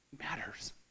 matters